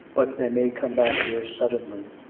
but they may come back here suddenly.